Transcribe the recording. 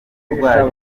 kurwara